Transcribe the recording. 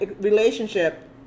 relationship